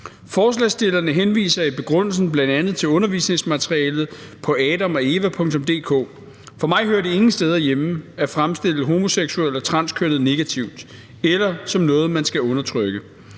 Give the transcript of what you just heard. Forslagsstillerne henviser i begrundelsen bl.a. til undervisningsmaterialet på AdamogEva.dk. For mig hører det ingen steder hjemme at fremstille homoseksuelle og transkønnede negativt eller som noget, man skal undertrykke.